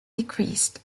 decreased